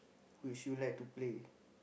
which you like to play